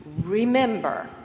remember